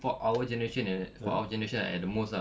for our generation eh for our generation ah at the most ah